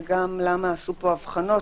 וגם למה עשו פה הבחנות.